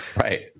right